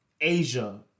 Asia